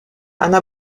anna